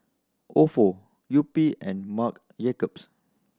Ofo Yupi and Marc Jacobs